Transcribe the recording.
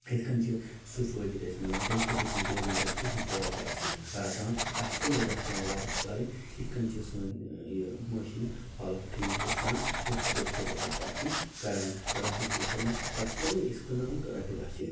یِتھ کٔنۍ چھِ سُہ فٲیدٕ تہِ اسہِ میلان تَمہِ خٲطرٕ چھُنہٕ گورمنٹَس اسہِ کہیٖنۍ تہِ رۄپے اسہِ رَٹان اسہِ چھِ تِمٔے دَہ پیٚوان واپَس کَرٕنۍ یِتھ کٔنۍ چھِ سٲنۍ یہِ معٲشی حالت ٹھیٖک گَژھان أسۍ چھِ دۄہ کھۄتہٕ دۄہ پتہٕ ترقی کران تہٕ رَچھان چھِ أسۍ تِمٔے پتہٕ چھِ تِمٔے أسۍ کٕنان تہٕ رۄپیہِ دَہ چھِ